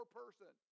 person